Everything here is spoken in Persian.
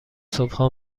صبحها